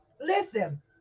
Listen